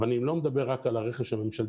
אני לא מדבר רק על הרכש הממשלתי